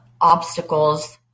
obstacles